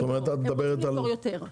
והם רוצים למכור יותר.